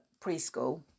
preschool